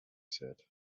said